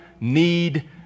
need